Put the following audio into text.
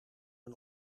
een